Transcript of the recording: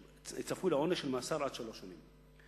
צפוי לעונש מאסר של עד שלוש שנים.